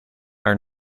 are